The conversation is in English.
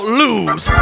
lose